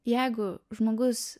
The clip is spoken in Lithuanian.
jeigu žmogus